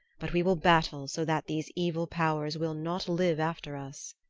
but we will battle so that these evil powers will not live after us.